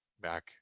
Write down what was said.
back